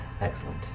Excellent